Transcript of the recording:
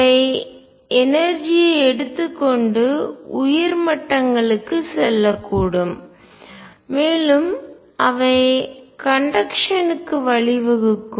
அவை எனர்ஜி ஐஆற்றல் எடுத்து கொண்டு உயர் மட்டங்களுக்குச் செல்லக்கூடும் மேலும் அவை கண்டக்ஷன்க்கு கடத்தலுக்கு வழிவகுக்கும்